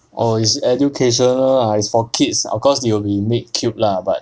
oh is educational lah is for kids of course it will be made cute lah but